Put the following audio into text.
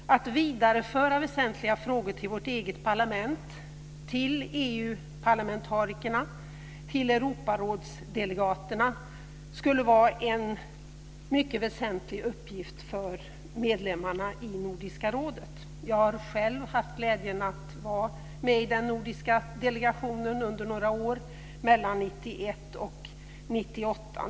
Att vidareföra väsentliga frågor till vårt eget parlament, till EU parlamentarikerna och till Europarådsdelegaterna skulle vara en mycket väsentlig uppgift för medlemmarna i Nordiska rådet. Jag har själv haft glädjen att vara med i den nordiska delegationen under några år, mellan 1991 och 1998.